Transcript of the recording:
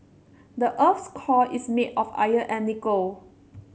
the earth's core is made of iron and nickel